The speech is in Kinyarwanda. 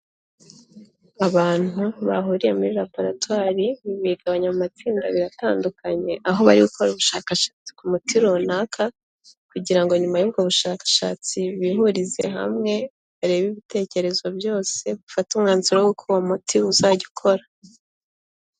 Abantu bahuriye muri raboratwari, bigabanya amatsinda abira atandukanye. Aho bari gukora ubushakashatsi ku muti runaka, kugira ngo nyuma y'ubwo bushakashatsi bihurize hamwe, barebe ibitekerezo byose, bafate umwanzuro w'uko uwo muti uzajya ukora.